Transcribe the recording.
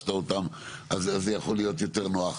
שרכשת אותם, אז זה יכול להיות יותר נוח.